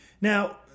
Now